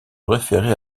référer